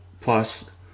Plus